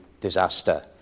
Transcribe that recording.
disaster